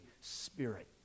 Spirit